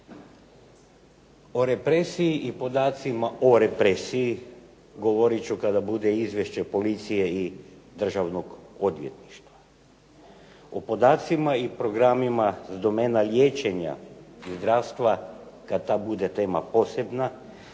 O represiji i o podacima o represiji govorit ću kada bude izvješće policije i državnog odvjetništva. O podacima i programima iz domene liječenja i zdravstva kada ta bude tema posebna,